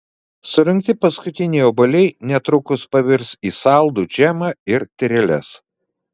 surinkti paskutiniai obuoliai netrukus pavirs į saldų džemą ir tyreles